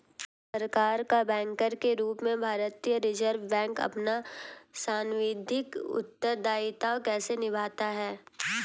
सरकार का बैंकर के रूप में भारतीय रिज़र्व बैंक अपना सांविधिक उत्तरदायित्व कैसे निभाता है?